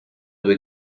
due